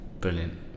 brilliant